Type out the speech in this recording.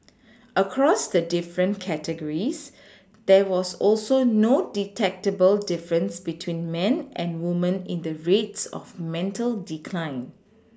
across the different categories there was also no detectable difference between men and women in the rates of mental decline